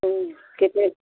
कितने